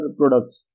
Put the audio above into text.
products